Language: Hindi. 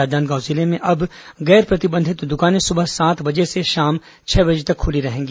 राजनांदगांव जिले में अब गैर प्रतिबंधित दुकानें सुबह सात बजे से शाम छह बजे तक खुली रहेंगी